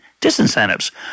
disincentives